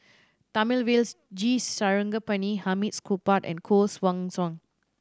Thamizhavel G Sarangapani Hamid Supaat and Koh Guan Song